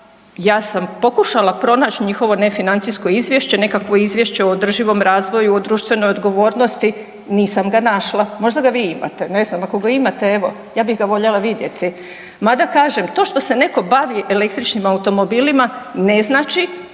ja sam pokušala pronać njihovo ne financijsko izvješće, nekakvo izvješće o održivom razvoju, o društvenoj odgovornosti nisam ga našla. Možda ga vi imate? Ne znam, ako ga imate evo ja bih ga voljela vidjeti. Mada kažem, to što se neko bavi električnim automobilima ne znači